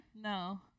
No